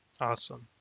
Awesome